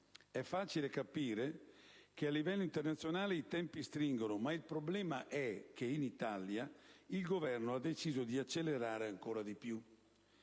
È facile capire che a livello internazionale i tempi stringono, ma il problema è che in Italia il Governo ha deciso di accelerare ancora di più.